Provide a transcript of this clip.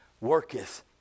worketh